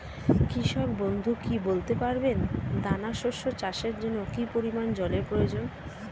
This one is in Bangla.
কৃষক বন্ধু কি বলতে পারবেন দানা শস্য চাষের জন্য কি পরিমান জলের প্রয়োজন?